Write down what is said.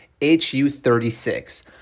HU36